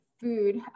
food